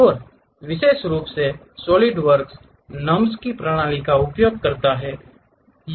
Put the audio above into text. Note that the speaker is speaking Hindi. और विशेष रूप से सॉलिडवर्क्स NURBS की एक प्रणाली का उपयोग करता है